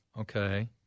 Okay